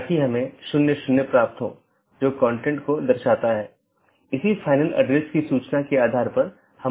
इसलिए हलका करने कि नीति को BGP प्रोटोकॉल में परिभाषित नहीं किया जाता है बल्कि उनका उपयोग BGP डिवाइस को कॉन्फ़िगर करने के लिए किया जाता है